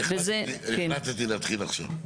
החלטתי להתחיל עכשיו.